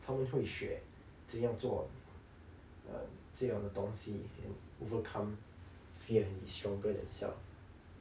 他们会学怎样做 um 这样的东西 and overcome fear and be stronger themselves